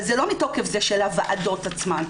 אבל זה לא מתוקף זה של הוועדות עצמן,